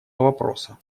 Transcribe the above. вопроса